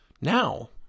Now